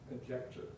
conjecture